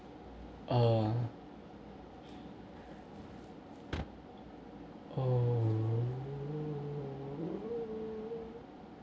uh